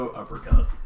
uppercut